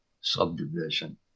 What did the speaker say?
subdivision